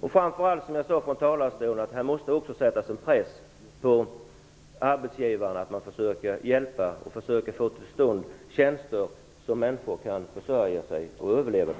Som jag sade från talarstolen måste det framför allt sättas en press på arbetsgivarna att de försöker hjälpa till att få till stånd tjänster så att människor kan försörja sig och överleva.